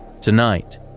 Tonight